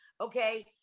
okay